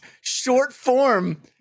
short-form